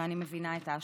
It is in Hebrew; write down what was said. ואני מבינה את ההשלכות.